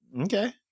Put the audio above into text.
Okay